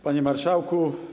Panie Marszałku!